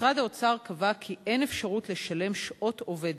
קבע משרד האוצר כי אין אפשרות לשלם לעובד